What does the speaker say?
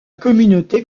communauté